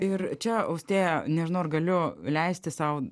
ir čia austėja nežinau ar galiu leisti sau